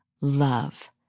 love